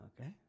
Okay